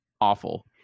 awful